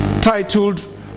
titled